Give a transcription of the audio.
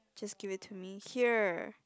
just give it to me here